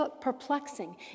perplexing